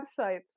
websites